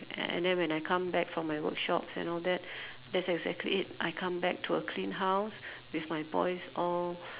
and then when I come back from my workshops and all that that's exactly it I come back to a clean house with my boys all